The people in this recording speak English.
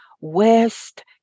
West